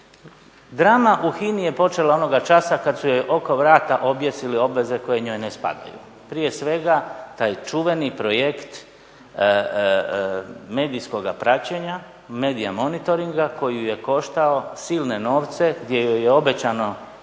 Drama u HINA-i je počela onoga časa kad su joj oko vrata objesili obveze koje njoj ne spadaju. Prije svega taj čuveni projekt medijskoga praćenja, medija monitoringa koji ju je koštao silne nove, gdje joj je obećano